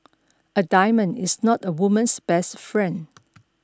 a diamond is not a woman's best friend